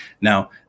now